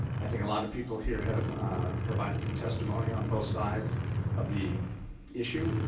i think a lot of people here have provided some testimony on both sides of the issue,